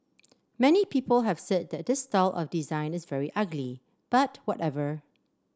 many people have said that this style of design is very ugly but whatever